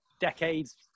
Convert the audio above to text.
decades